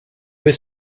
was